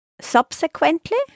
Subsequently